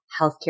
healthcare